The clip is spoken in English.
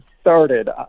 started